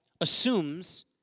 assumes